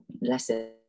lesser